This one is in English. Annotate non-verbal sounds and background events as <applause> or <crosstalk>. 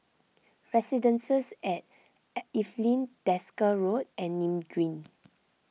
<noise> Residences at Evelyn Desker Road and Nim Green